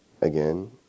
again